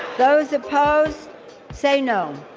those opposed say no